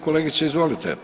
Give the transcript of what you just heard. Kolegice izvolite.